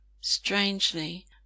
Strangely